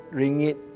ringgit